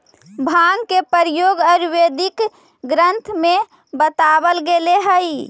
भाँग के प्रयोग आयुर्वेदिक ग्रन्थ में बतावल गेलेऽ हई